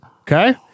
Okay